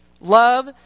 Love